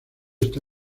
está